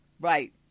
Right